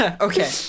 Okay